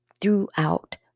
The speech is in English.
throughout